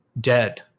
dead